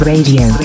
Radio